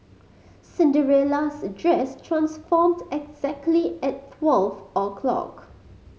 Cinderella's dress transformed exactly at twelve o'clock